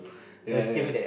ya ya